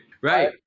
Right